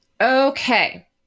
Okay